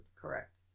Correct